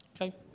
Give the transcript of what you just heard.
Okay